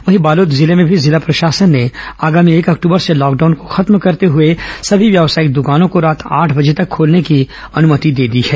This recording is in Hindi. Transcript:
वहीं बालोद जिले में भी जिला प्रशासन ने आगामी एक अक्टूबर से लॉकडाउन को खत्म करते हुए सभी व्यवासायिक द्वानों को रात आठ बजे तक खोलने की अनुमति दे दी है